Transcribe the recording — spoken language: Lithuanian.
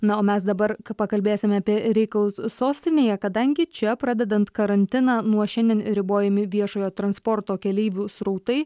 na o mes dabar pakalbėsime apie reikalus sostinėje kadangi čia pradedant karantiną nuo šiandien ribojami viešojo transporto keleivių srautai